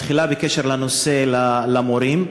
תחילה בקשר לנושא המורים,